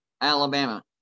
Alabama